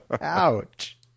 Ouch